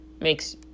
makes